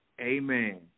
Amen